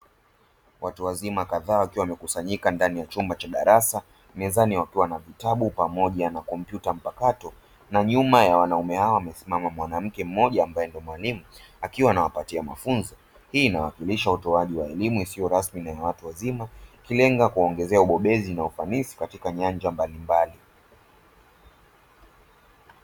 Watu wazima kadhaa wakiwa wamekusanyika ndani ya chumba cha darasa, mezani wakiwa na vitabu pamoja na kompyuta mpakato na nyuma ya wanaume hao amesimama mwanamke mmoja ambaye ni mwalimu akiwa anawapatia mafunzo. Hii inawakilisha utoaji wa elimu isiyo rasmi na ya watu wazima ikilenga kuwaongezea ubobezi na ufanisi katika nyanja mbalimbali.